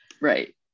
right